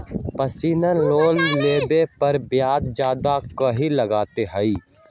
Personal loan लेबे पर ब्याज ज्यादा काहे लागईत है?